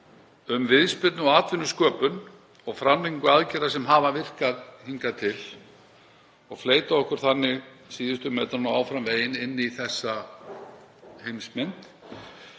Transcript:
um viðspyrnu og atvinnusköpun og framlengingu aðgerða sem virkað hafa hingað til og fleyta okkur þannig síðustu metrana, áfram veginn inn í þessa heimsmynd